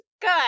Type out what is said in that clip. good